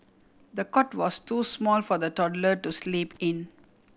the cot was too small for the toddler to sleep in